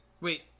Wait